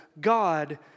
God